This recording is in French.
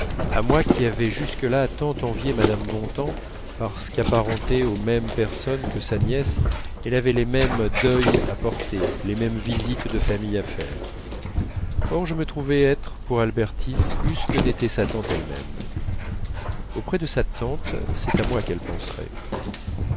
à moi qui avais jusque-là tant envié mme bontemps parce qu'apparentée aux mêmes personnes que sa nièce elle avait les mêmes deuils à porter les mêmes visites de famille à faire or je me trouvais être pour albertine plus que n'était sa tante elle-même auprès de sa tante c'est à moi qu'elle penserait